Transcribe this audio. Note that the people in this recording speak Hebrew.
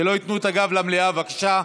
שלא ייתנו את הגב למליאה, בבקשה.